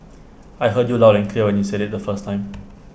I heard you loud and clear when you said IT the first time